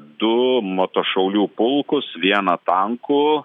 du motošaulių pulkus vieną tankų